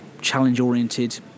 challenge-oriented